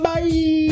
Bye